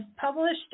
published